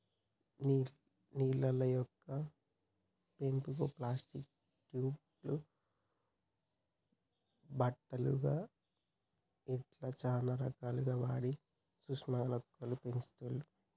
నీళ్లల్ల మొక్కల పెంపుకు ప్లాస్టిక్ టబ్ లు బుట్టలు ఇట్లా చానా రకాలు వాడి సూక్ష్మ మొక్కలను పెంచుతుండ్లు